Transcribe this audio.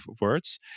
words